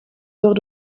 door